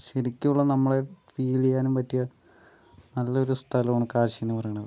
ശരിക്കും ഉള്ള നമ്മളെ ഫീല് ചെയ്യാനും പറ്റിയ നല്ല ഒരു സ്ഥലമാണ് കാശിയെന്നു പറയണത്